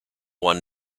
one